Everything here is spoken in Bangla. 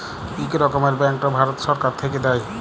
ইক রকমের ব্যাংকট ভারত ছরকার থ্যাইকে দেয়